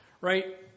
right